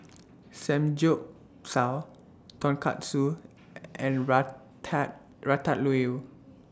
Samgyeopsal Tonkatsu and Rata Ratatouille